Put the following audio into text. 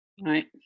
right